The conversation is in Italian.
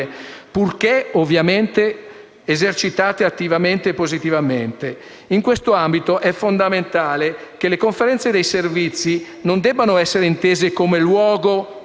purché esercitate attivamente e positivamente. In questo ambito è fondamentale che le conferenze dei servizi non devono essere intese come luogo